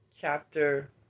chapter